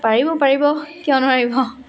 পাৰিব পাৰিব কিয় নোৱাৰিব